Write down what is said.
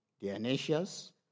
Dionysius